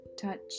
touch